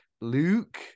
Luke